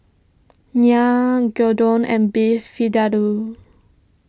Naan Gyudon and Beef Vindaloo